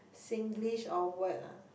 Singlish or word ah